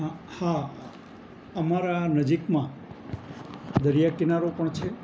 હા હા અમારા નજીકમાં દરિયાકિનારો પણ છે